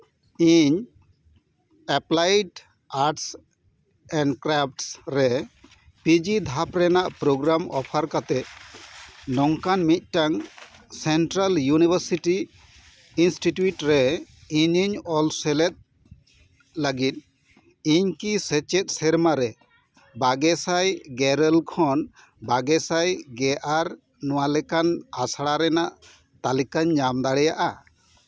ᱤᱧ applied arts and crafts ᱨᱮ P G ᱫᱷᱟᱯ ᱨᱮᱱᱟᱜ ᱯᱨᱳᱜᱨᱟᱢ ᱚᱯᱷᱟᱨ ᱠᱟᱛᱮᱫ ᱱᱚᱝᱠᱟᱱ ᱢᱤᱫᱴᱟᱱ ᱥᱮᱱᱴᱨᱟᱞ ᱤᱭᱩᱱᱤᱵᱷᱟᱨᱥᱤᱴᱤ ᱤᱱᱥᱴᱤᱴᱤᱭᱩᱴ ᱨᱮ ᱤᱧᱤᱧ ᱚᱞ ᱥᱮᱞᱮᱫ ᱞᱟᱹᱜᱤᱫ ᱤᱧ ᱠᱤ ᱥᱮᱪᱮᱫ ᱥᱮᱨᱢᱟ ᱨᱮ ᱵᱟᱜᱮ ᱥᱟᱭ ᱜᱮᱨᱟᱹᱞ ᱠᱷᱚᱱ ᱵᱟᱜᱮ ᱥᱟᱭ ᱜᱮ ᱟᱨ ᱱᱚᱣᱟ ᱞᱮᱠᱟᱱ ᱟᱥᱲᱟ ᱨᱮᱱᱟᱜ ᱛᱟᱹᱞᱤᱠᱟᱧ ᱧᱟᱢ ᱫᱟᱲᱮᱭᱟᱜᱼᱟ